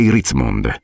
Ritzmond